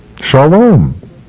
Shalom